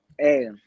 Hey